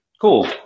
Cool